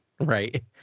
right